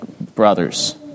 brothers